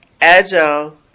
agile